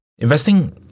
Investing